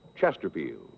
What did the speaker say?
Chesterfield